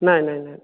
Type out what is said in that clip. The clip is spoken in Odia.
ନାଇଁ ନାଇଁ ନାଇଁ